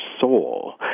soul